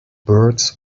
birds